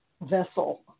vessel